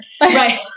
Right